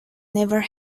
never